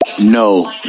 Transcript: No